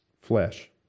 flesh